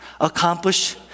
Accomplish